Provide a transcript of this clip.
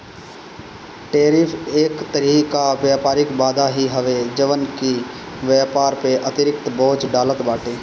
tariff एक तरही कअ व्यापारिक बाधा ही हवे जवन की व्यापार पअ अतिरिक्त बोझ डालत बाटे